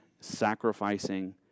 sacrificing